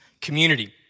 community